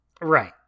Right